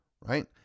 right